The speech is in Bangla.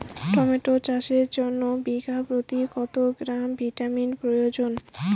টমেটো চাষের জন্য বিঘা প্রতি কত গ্রাম ভিটামিন প্রয়োজন?